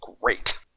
great